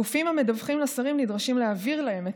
הגופים המדווחים לשרים נדרשים להעביר להם את